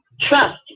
Trust